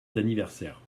d’anniversaire